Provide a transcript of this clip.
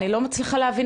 אני לא מצליחה להבין